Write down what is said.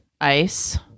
ice